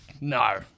no